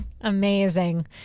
Amazing